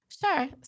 Sure